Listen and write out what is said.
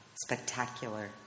spectacular